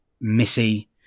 Missy